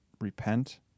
repent